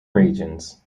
regions